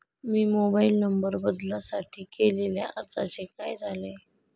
मी mobile number बदलासाठी केलेल्या अर्जाचे काय झाले?